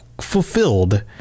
fulfilled